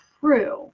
true